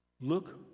look